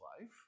life